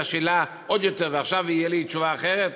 השאלה עוד יותר ועכשיו תהיה לי תשובה אחרת,